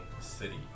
city